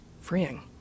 freeing